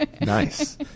Nice